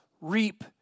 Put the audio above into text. reap